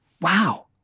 Wow